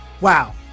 Wow